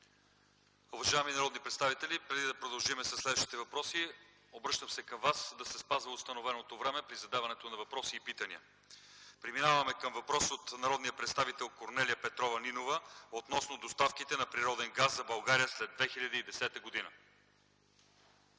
Уважаеми народни представители, преди да продължим със следващите въпроси обръщам се към вас – да се спазва установеното време при задаването на въпроси и питания. Преминаваме към въпрос от народния представител Корнелия Петрова Нинова относно доставките на природен газ за България след 2010 г.